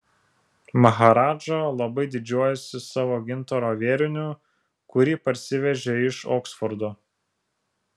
maharadža labai didžiuojasi savo gintaro vėriniu kurį parsivežė iš oksfordo